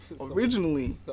originally